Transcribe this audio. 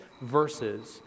verses